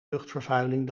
luchtvervuiling